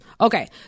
Okay